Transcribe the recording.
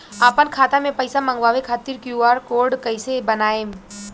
आपन खाता मे पईसा मँगवावे खातिर क्यू.आर कोड कईसे बनाएम?